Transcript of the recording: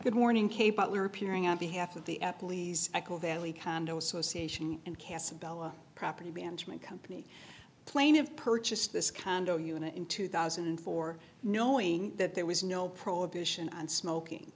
good morning kate butler appearing on behalf of the apple valley condo association and casts a bell property management company plane have purchased this condo unit in two thousand and four knowing that there was no prohibition on smoking